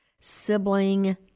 sibling